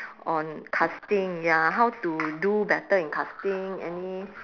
on casting ya how to do better in casting any